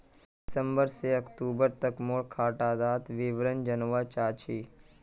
सितंबर से अक्टूबर तक मोर खाता डार विवरण जानवा चाहची?